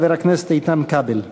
חבר הכנסת איתן כבל.